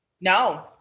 No